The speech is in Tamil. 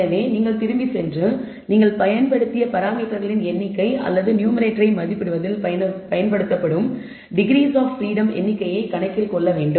எனவே நீங்கள் திரும்பிச் சென்று நீங்கள் பயன்படுத்திய பராமீட்டர்களின் எண்ணிக்கை அல்லது நியூமேரேட்டரை மதிப்பிடுவதில் பயன்படுத்தப்படும் டிகிரீஸ் ஆப் பிரீடம் எண்ணிக்கையை கணக்கில் கொள்ள வேண்டும்